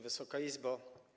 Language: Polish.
Wysoka Izbo!